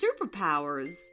superpowers